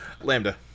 Lambda